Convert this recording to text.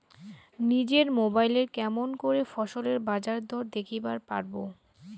নিজের মোবাইলে কেমন করে ফসলের বাজারদর দেখিবার পারবো?